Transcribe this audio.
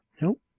Nope